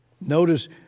Notice